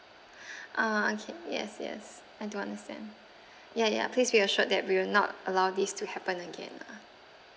uh okay yes yes I do understand ya ya please be assured that we'll not allow this to happen again lah